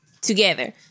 together